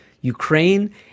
Ukraine